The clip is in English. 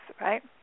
right